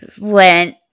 went